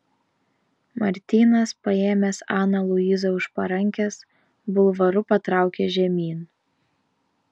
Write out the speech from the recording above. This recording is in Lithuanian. martynas paėmęs aną luizą už parankės bulvaru patraukė žemyn